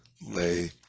lay